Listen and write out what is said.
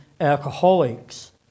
alcoholics